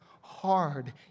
hard